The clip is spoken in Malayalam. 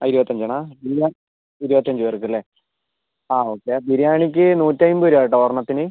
ഇരുപത്തഞ്ചെണ്ണാ ഇരുപത്തഞ്ച് പേർക്കല്ലേ അ ഓക്കെ ബിരിയാണിക്ക് നൂറ്റി അയിമ്പത് രൂപാട്ടോ ഒരെണ്ണത്തിന്